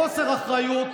חוסר אחריות,